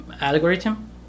algorithm